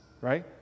right